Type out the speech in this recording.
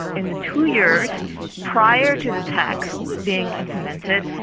in the two years prior to the tax being implemented,